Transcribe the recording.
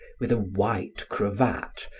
with a white cravat,